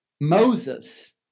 Moses